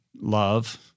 love